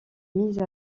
mises